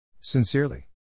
Sincerely